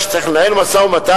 כשצריך לנהל משא-ומתן,